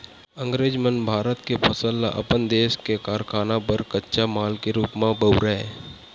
अंगरेज मन भारत के फसल ल अपन देस के कारखाना बर कच्चा माल के रूप म बउरय